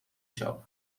شاپ